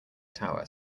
tower